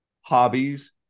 hobbies